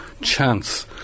chance